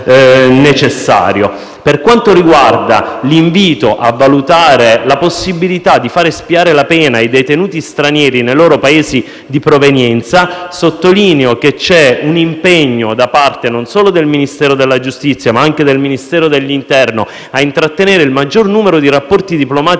Per quanto riguarda l'invito a valutare la possibilità di far espiare la pena ai detenuti stranieri nei loro Paesi di provenienza, sottolineo che c'è un impegno non solo da parte del Ministero della giustizia ma anche del Ministero dell'interno a intrattenere il maggior numero possibile di rapporti diplomatici con i Paesi maggiormente